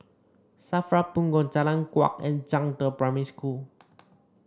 Safra Punggol Jalan Kuak and Zhangde Primary School